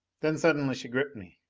then suddenly she gripped me.